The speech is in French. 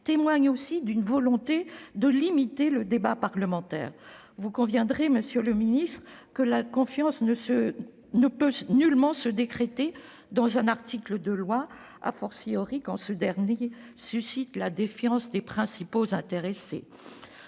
témoigne aussi d'une volonté de limiter le débat parlementaire. Vous conviendrez, monsieur le ministre, que la confiance ne peut nullement se décréter dans un article de loi, quand ce dernier suscite la défiance des principaux intéressés.